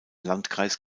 landkreis